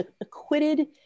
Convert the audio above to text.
acquitted